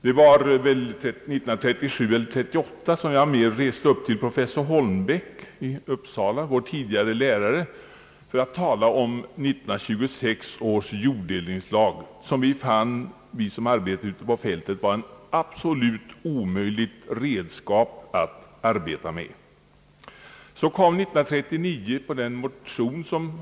Det var 1937 eller 1938 som jag reste upp till professor Åke Holmbäck i Uppsala, vår tidigare lärare, för att tala om 1926 års jorddelningslag, som vi som arbetade som lantmätare ute på fältet fann vara ett absolut omöjligt redskap att arbeta med redan då. Med anledning av den motion som prof.